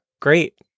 Great